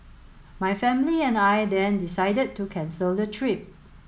my family and I then decided to cancel the trip